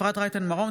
אפרת רייטן מרום,